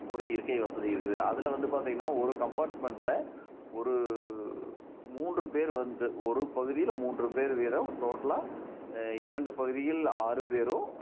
ஒரு இருக்கை வசதி இருக்குது அதில் வந்து பார்த்திங்கன்னா ஒரு கம்பார்ட்மெண்ட்டில் ஒரு மூன்று பேர் வந்து ஒரு பகுதியில் மூன்று பேர் வீதம் டோட்டலாக இரண்டு பகுதியில் ஆறு பேரும்